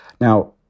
Now